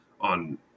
on